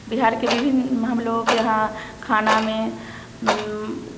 बिहार के विभिन्न हम लोग के यहाँ खाना में